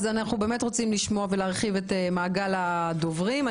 אנחנו רוצים לשמוע ולהרחיב את מעגל הדוברים.